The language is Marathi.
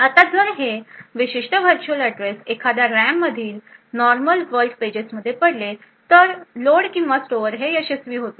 आता जर हे विशिष्ट व्हर्च्युअल ऍड्रेस एखाद्या रॅम मधील नॉर्मल वर्ल्ड पेजेस मध्ये पडले तर लोड किंवा स्टोअर हे यशस्वी होतील